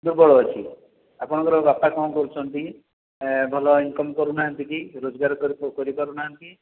ଦୁର୍ବଳ ଅଛି ଆପଣଙ୍କର ବାପା କ'ଣ କରୁଛନ୍ତି କି ଭଲ ଇନକମ୍ କରୁନାହାନ୍ତି କି ରୋଜଗାର କରି କରିପାରୁନାହାନ୍ତି